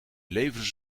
leveren